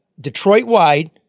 Detroit-wide